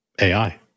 AI